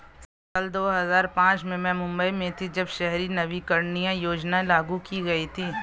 साल दो हज़ार पांच में मैं मुम्बई में थी, जब शहरी नवीकरणीय योजना लागू की गई थी